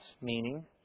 meaning